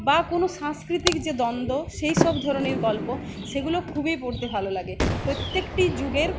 বা কোনো সাংস্কৃতিক যে দ্বন্দ্ব সেই সব ধরনের গল্প সেগুলো খুবই পড়তে ভালো লাগে প্রত্যেকটি যুগের